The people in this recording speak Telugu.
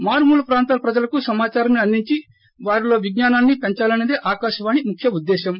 మారుమూల ప్రాంతాల ప్రజలకు సమాదారాన్ని అందించి వారిలో విజ్ఞానాన్ని పెంచాలన్నదే ఆకాశవాణి ముఖ్య ఉద్దేశ్యం